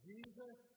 Jesus